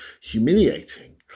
humiliating